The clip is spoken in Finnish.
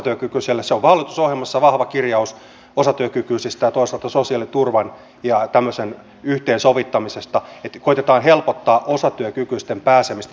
hallitusohjelmassa on vahva kirjaus osatyökykyisistä ja toisaalta sosiaaliturvan ja tämmöisen yhteensovittamisesta niin että koetetaan helpottaa myös osatyökykyisten pääsemistä työelämään